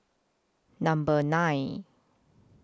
Number nine